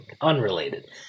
Unrelated